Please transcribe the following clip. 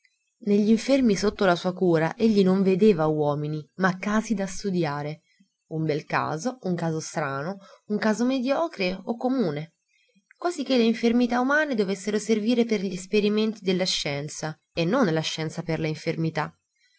negli infermi sotto la sua cura egli non vedeva uomini ma casi da studiare un bel caso un caso strano un caso mediocre o comune quasi che le infermità umane dovessero servire per gli esperimenti della scienza e non la scienza per le infermità